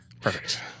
Perfect